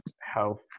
health